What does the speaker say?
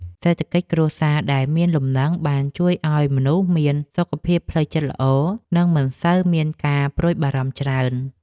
សេដ្ឋកិច្ចគ្រួសារដែលមានលំនឹងបានជួយឱ្យមនុស្សមានសុខភាពផ្លូវចិត្តល្អនិងមិនសូវមានការព្រួយបារម្ភច្រើន។